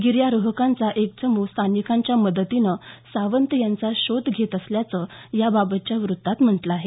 गिर्यारोहकांचा एक चमू स्थानिकांच्या मदतीनं सावंत यांचा शोध घेत असल्याचं याबाबतच्या वृत्तात म्हटलं आहे